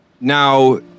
Now